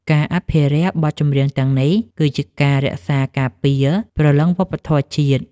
ការអភិរក្សបទចម្រៀងទាំងនេះ គឺជាការរក្សាការពារព្រលឹងវប្បធម៌ជាតិ។